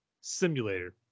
simulator